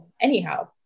anyhow